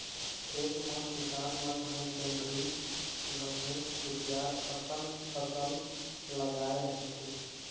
खेत म किसान मन ह जोंधरी, गहूँ, कुसियार असन फसल लगाए रहिथे